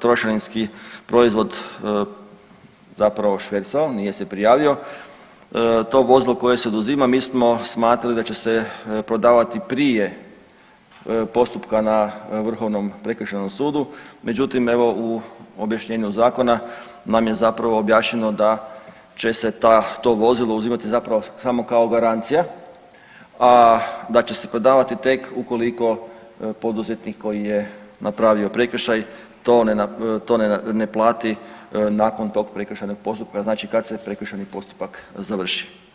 trošarinski proizvod zapravo švercao, nije se prijavio, to vozilo koje se oduzima mi smo smatrali da će se prodavati prije postupka prije na vrhovnom prekršajnom sudu, međutim evo u objašnjenju zakona nam je zapravo objašnjeno da će se ta, to vozilo uzimati zapravo samo kao garancija, a da će se prodavati tek ukoliko poduzetnik koji je napravio prekršaj to ne, to ne plati nakon tog prekršajnog postupka, znači kad se prekršajni postupak završi.